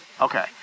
Okay